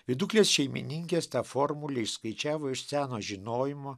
viduklės šeimininkės tą formulę įskaičiavo iš seno žinojimo